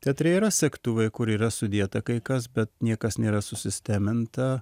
teatre yra segtuvai kur yra sudėta kai kas bet niekas nėra susisteminta